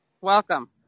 Welcome